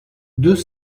deux